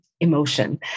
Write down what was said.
emotion